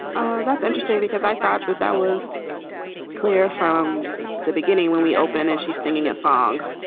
oh, that's interesting because i thought that that was clear from the beginning when we opened and she's singing a song.